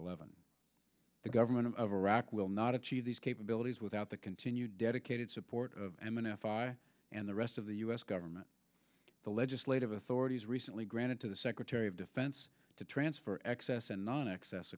eleven the government of iraq will not achieve these capabilities without the continued dedicated support of m n f i and the rest of the u s government the legislative authorities recently granted to the secretary of defense to transfer excess and non access